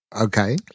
Okay